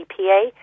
EPA